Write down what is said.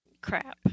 Crap